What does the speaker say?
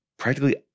practically